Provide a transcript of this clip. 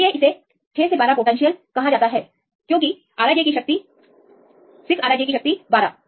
इसलिए इसे इसीलिए कहा जाता है 6 12 पोटेंशियल क्योंकि R i j की शक्ति 6 R i j की शक्ति 12